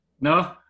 No